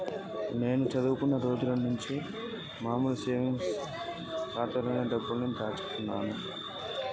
నేను చదువుకుంటున్న రోజులనుంచి మామూలు సేవింగ్స్ ఖాతాలోనే డబ్బుల్ని దాచుకుంటున్నా